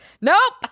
nope